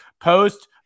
post